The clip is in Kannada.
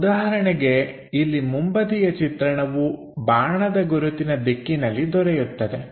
ಉದಾಹರಣೆಗೆ ಇಲ್ಲಿ ಮುಂಬದಿಯ ಚಿತ್ರಣವು ಬಾಣದ ಗುರುತಿನ ದಿಕ್ಕಿನಲ್ಲಿ ದೊರೆಯುತ್ತದೆ